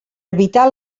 evitar